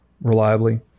reliably